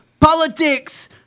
politics